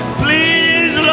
please